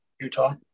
Utah